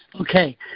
Okay